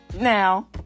Now